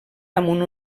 damunt